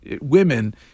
women